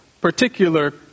particular